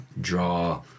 draw